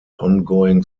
ongoing